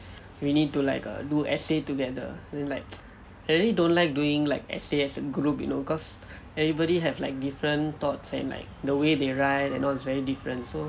we need to like err do essay together then like really don't like doing like essay as a group you know cause everybody have like different thoughts and like the way they write and all very different so